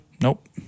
Nope